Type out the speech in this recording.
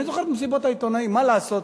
אני זוכר את מסיבות העיתונאים, מה לעשות?